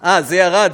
אה זה ירד?